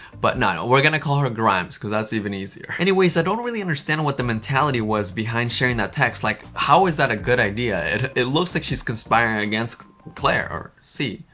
but no, no, we're gonna call her grimes because that's even easier. anyways, i don't really understand what the mentality was behind sharing that text, like, how is that a good idea? it it looks like she's conspiring against claire, or c,